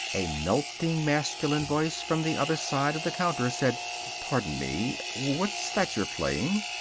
a melting masculine voice from the other side of the counter said pardon me. what's that you're playing?